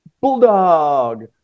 Bulldog